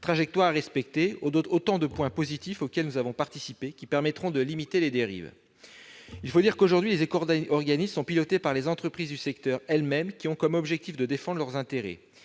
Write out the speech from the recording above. trajectoire à respecter- autant d'avancées, auxquelles nous avons contribué, qui permettront de limiter les dérives. Il faut dire que, aujourd'hui, les éco-organismes sont pilotés par les entreprises du secteur elles-mêmes, qui ont comme objectif de défendre leurs intérêts,